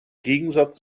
gegensatz